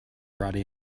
brought